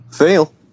Fail